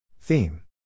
Theme